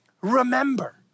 remember